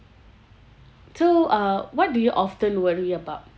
so uh what do you often worry about